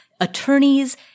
attorneys